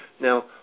Now